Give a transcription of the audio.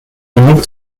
genug